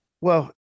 Well-